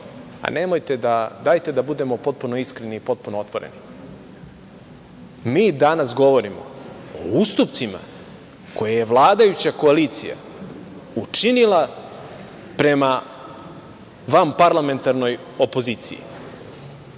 je nešto dobro. Dajte da budemo potpuno iskreni i potpuno otvoreni. Mi danas govorimo o ustupcima koje je vladajuća koalicija učinila prema vanparlamentarnoj opoziciji.